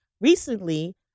Recently